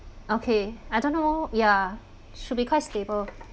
okay I don't know ya should be quite stable